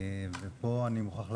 ופה אני מוכרח להגיד,